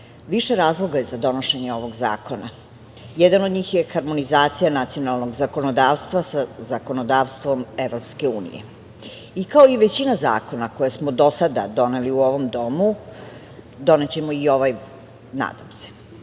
je razloga za donošenje ovog zakona. Jedan od njih je harmonizacija nacionalnog zakonodavstva sa zakonodavstvom EU.Kao i većina zakona koje smo do sada doneli u ovom domu, donećemo i ovaj, nadam